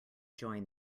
join